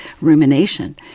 rumination